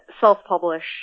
self-publish